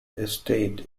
estate